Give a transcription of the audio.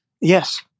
Yes